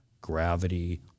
gravity